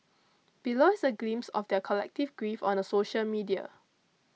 below is a glimpse of their collective grief on the social media